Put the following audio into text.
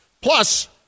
Plus